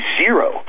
zero